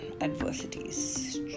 adversities